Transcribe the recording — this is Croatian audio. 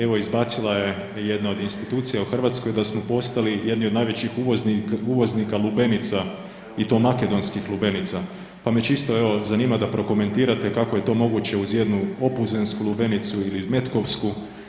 Evo izbacila je jedna od institucija u Hrvatskoj da smo postali jedni od najvećih uvoznika lubenica i to makedonskih lubenica, pa me čisto evo zanima da prokomentirate kako je to moguće uz jednu opuzensku lubenicu ili metkovsku?